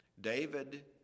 David